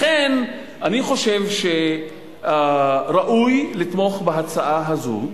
לכן אני חושב שראוי לתמוך בהצעה הזו.